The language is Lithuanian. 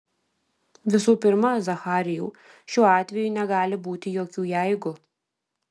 visų pirma zacharijau šiuo atveju negali būti jokių jeigu